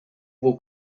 will